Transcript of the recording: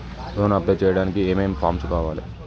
Loan apply చేయడానికి ఏం ఏం ఫామ్స్ కావాలే?